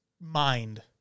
mind